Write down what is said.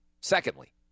Secondly